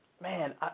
Man